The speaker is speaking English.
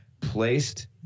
placed